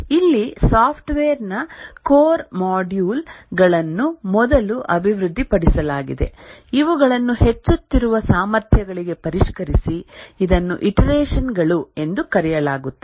ಇಲ್ಲಿ ಸಾಫ್ಟ್ವೇರ್ನ core module ಗಳನ್ನು ಮೊದಲು ಅಭಿವೃದ್ಧಿಪಡಿಸಲಾಗಿದೆ ಇವುಗಳನ್ನು ಹೆಚ್ಚುತ್ತಿರುವ ಸಾಮರ್ಥ್ಯಗಳಿಗೆ ಪರಿಷ್ಕರಿಸಿ ಇದನ್ನು ಇಟರೆಷನ್ ಗಳು ಎಂದು ಕರೆಯಲಾಗುತ್ತದೆ